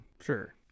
sure